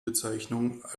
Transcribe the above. bezeichnung